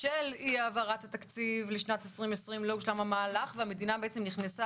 בשל אי העברת התקציב לשנת 2020 לא הושלם המהלך והמדינה בעצם נכנסה